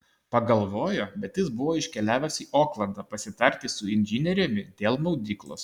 pagalvojo bet jis buvo iškeliavęs į oklandą pasitarti su inžinieriumi dėl maudyklos